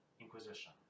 inquisition